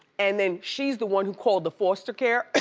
and then she's the one called the foster care